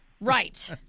Right